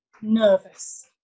nervous